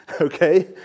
Okay